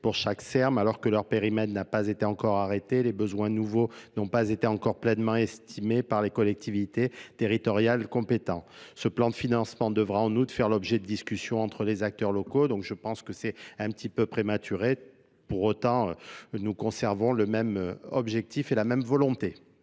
pour chaque Er M, alors que leur périmètre n'a pas été encore arrêté. Les besoins nouveaux n'ont pas été encore pleinement estimés par les collectivités territoriales compétentes, ce plan de financement devra en outre faire l'objet de discussions entre les acteurs locaux. Donc, je pense que c'est un petit peu prématuré pour autant, nous conservons le même objectif et la même volonté.